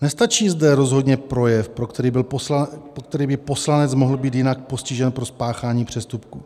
Nestačí zde rozhodně projev, pro který by poslanec mohl být jinak postižen pro spáchání přestupku.